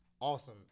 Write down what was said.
awesome